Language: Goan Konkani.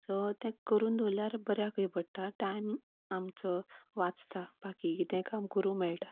सो तें करून दवरल्ल्यार बऱ्याकय पडटा टायम आमचो वाचता बाकी कितेंय काम करूंक मेळटा